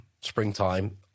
springtime